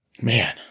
Man